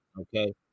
okay